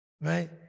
Right